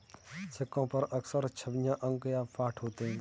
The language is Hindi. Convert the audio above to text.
सिक्कों पर अक्सर छवियां अंक या पाठ होते हैं